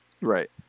Right